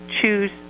choose